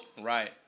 Right